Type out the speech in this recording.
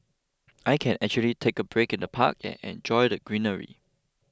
I can actually take a break in the park and enjoy the greenery